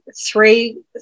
three